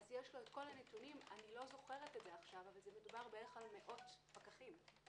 אני לא זוכרת את זה עכשיו - מדובר במאות פקחים.